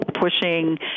pushing